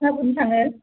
ना गुरनो थाङो